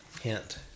Hint